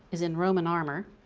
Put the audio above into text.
is in roman armor.